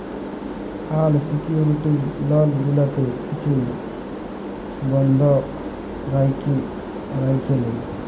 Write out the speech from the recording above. আল secured loan যেগুলাতে কিছু বল্ধক রাইখে লেই